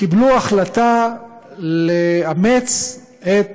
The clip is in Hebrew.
קיבלו החלטה לאמץ את